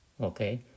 Okay